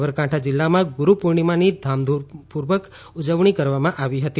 સાબરકાંઠા જિલ્લામાં ગુરુપૂર્ણિમાની ધામપૂર્વક ઉજવણી કરવામાં આવી રહી છે